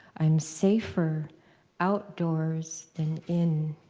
i'm safer outdoors than in.